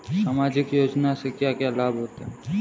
सामाजिक योजना से क्या क्या लाभ होते हैं?